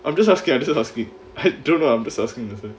I'm just asking I'm just asking I don't know I'm just asking